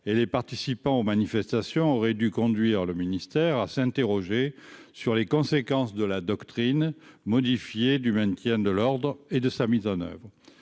et les participants aux manifestations auraient dû conduire le ministère à s'interroger sur les conséquences de la doctrine modifié du maintien de l'ordre et de sa mise en oeuvre,